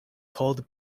called